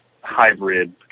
hybrid